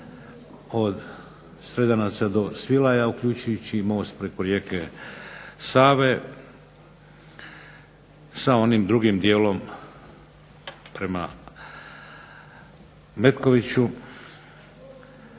od Sredanaca do Svilaja, uključujući i most preko rijeke Save sa onim drugim dijelom prema Metkoviću.